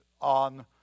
on